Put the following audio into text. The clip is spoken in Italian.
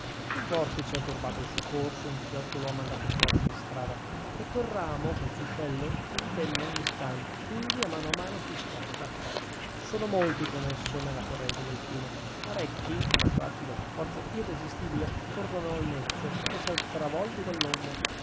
un vortice ha turbato il suo corso un fiotto lo ha mandato fuori di strada e quel ramo quel fuscello tentenna un istante indi a mano a mano si scosta sono molti con esso nella corrente del fiume parecchi come attratti da una forza irresistibile tornano al mezzo per essere travolti dall'onda